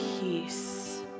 peace